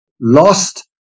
lost